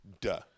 Duh